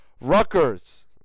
Rutgers